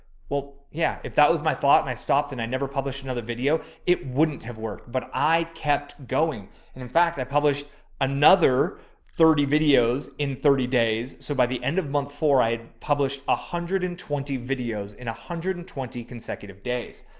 well, yeah, if that was my thought and i stopped and i never published another video, it wouldn't have worked, but i kept going. and in fact, i published another thirty videos in thirty days. so by the end of month four, i published one ah hundred and twenty videos in one hundred and twenty consecutive days.